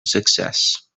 success